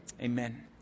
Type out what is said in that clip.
amen